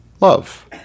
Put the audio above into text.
love